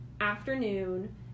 afternoon